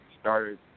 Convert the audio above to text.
started